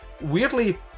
Weirdly